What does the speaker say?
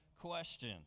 question